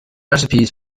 recipes